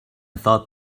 thought